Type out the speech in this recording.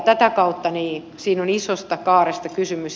tätä kautta siinä on isosta kaaresta kysymys